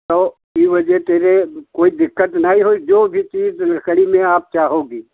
तो ई वजह से कोई दिक़्क़त नहीं हुई जो भी चीज़ लकड़ी में आप चाहोगे